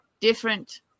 different